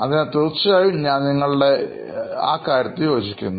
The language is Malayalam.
അതിനാൽ തീർച്ചയായും ഞാൻ നിങ്ങളുടെ ആ കാര്യത്തിൽ യോജിക്കുന്നു